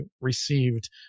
received